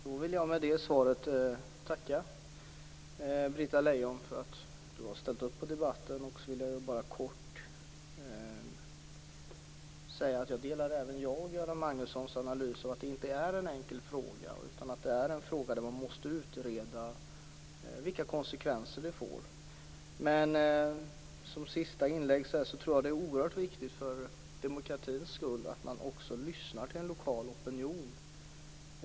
Fru talman! Jag vill efter det svaret tacka Britta Lejon för att hon har deltagit i debatten. Även jag delar Göran Magnussons analys att detta inte är en enkel fråga. Man måste utreda vilka konsekvenser den får. I mitt sista inlägg vill jag säga att jag tror att det är oerhört viktigt för demokratins skull att man lyssnar också till en lokal opinion.